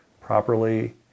properly